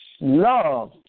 love